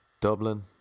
Dublin